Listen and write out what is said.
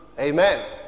amen